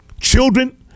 Children